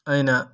ꯑꯩꯅ